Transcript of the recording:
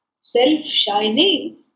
self-shining